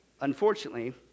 Unfortunately